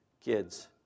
Kids